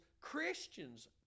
Christians